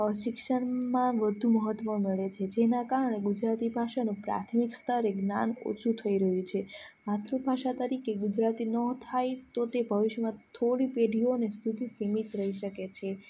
શિક્ષણમાં વધુ મહત્વ મળે છે જેના કારણે ગુજરાતી ભાષાનો પ્રાથમિક સ્તરે જ્ઞાન ઓછું થઈ રહ્યું છે માતૃભાષા તરીકે ગુજરાતી ન થાય તો તે ભવિષ્યમાં થોડી પેઢીઓને સુધી સીમિત રહી શકે છે